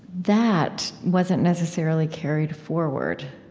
that wasn't necessarily carried forward.